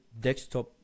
desktop